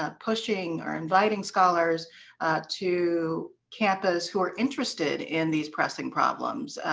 ah pushing or inviting scholars to campus who are interested in these pressing problems.